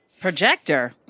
Projector